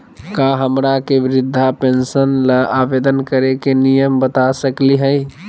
का हमरा के वृद्धा पेंसन ल आवेदन करे के नियम बता सकली हई?